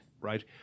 right